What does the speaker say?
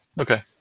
Okay